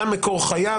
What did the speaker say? שם מקור חייו.